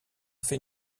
fait